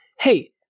hey